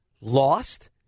lost